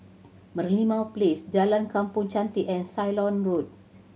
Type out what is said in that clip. Merlimau Place Jalan Kampong Chantek and Ceylon Road